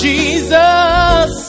Jesus